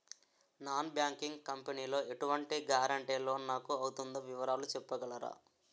Non banking company లో ఎటువంటి guarantee loan నాకు అవుతుందో వివరాలు చెప్పగలరా?